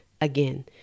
Again